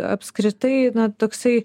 apskritai na toksai